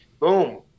Boom